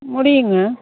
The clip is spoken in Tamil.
முடியுங்க